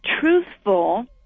truthful